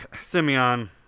simeon